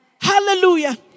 Hallelujah